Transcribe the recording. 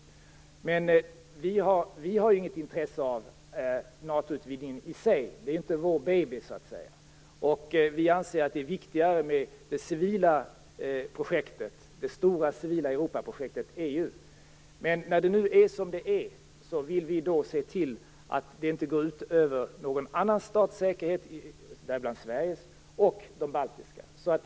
Vi har inget intresse av NATO-utvidgningen i sig - det är så att säga inte vår baby - och anser att det är viktigare med det stora civila Europaprojektet EU. Men när det nu är som det är vill vi verka för att säkerheten för stater som bl.a. Sverige och de baltiska länderna inte eftersätts.